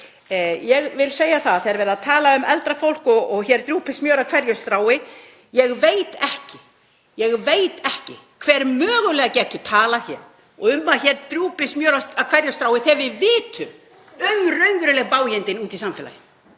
Ég vil segja það að þegar verið að tala um eldra fólk og að hér drjúpi smjör af hverju strái — ég veit ekki hver mögulega getur talað um að hér drjúpi smjör af hverju strái þegar við vitum um raunveruleg bágindi úti í samfélaginu.